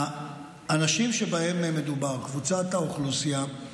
האנשים שבהם מדובר, קבוצת האוכלוסייה,